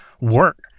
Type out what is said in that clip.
work